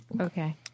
Okay